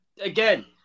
Again